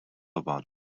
about